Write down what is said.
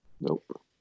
Nope